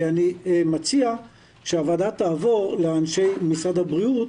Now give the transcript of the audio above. ואני מציע שהוועדה תעבור לאנשי משרד הבריאות